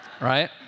right